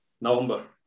November